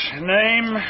name